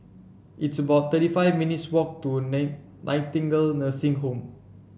it's about thirty five minutes' walk to Nightingale Nursing Home